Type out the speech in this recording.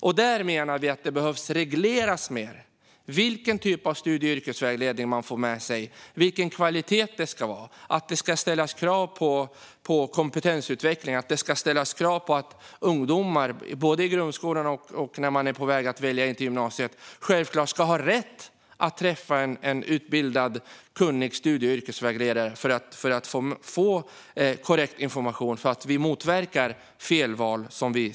Vi menar att det behöver regleras bättre vilken typ av studie och yrkesvägledning man får och vilken kvalitet det ska vara på den. Det ska ställas krav på kompetensutveckling och att ungdomar i slutet av grundskolan ska ha rätt att träffa en utbildad och kunnig studie och yrkesvägledare och få korrekt information. Så kan vi motverka felval.